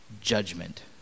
judgment